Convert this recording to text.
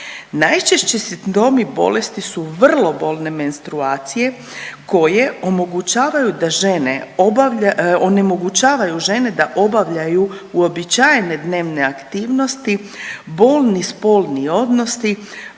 Najčešći simptomi bolesti su vrlo bolne menstruacije koje omogućavaju da žene obavlja…, onemogućavaju žene da obavljaju uobičajene dnevne aktivnosti, bolni spolni odnosi,